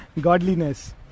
godliness